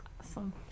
Awesome